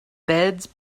beds